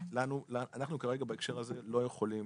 אנחנו כרגע בהקשר הזה לא יכולים